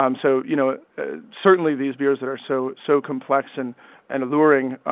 um so you know ah certainly these beers that are so so complex and and alluring,